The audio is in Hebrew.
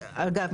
אגב,